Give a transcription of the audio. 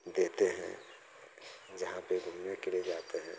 देते हैं जहाँ पर घूमने के लिए जाते हैं